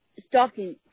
stocking